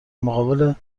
مقابل